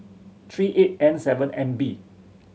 three eight N seven M B